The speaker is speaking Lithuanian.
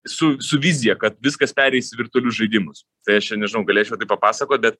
su su vizija kad viskas pereis į virtualius žaidimus tai aš čia nežinau galėčiau tai papasakot bet